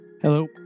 Hello